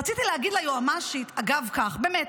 רציתי להגיד ליועמ"שית, אגב כך: באמת,